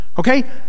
Okay